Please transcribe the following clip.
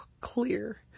clear